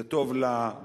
זה טוב לגוף,